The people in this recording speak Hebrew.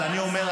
אבל אני אומר,